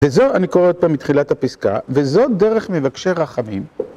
וזו אני קורא עוד פעם מתחילת הפסקה, וזו דרך מבקשי רחבים.